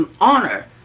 honor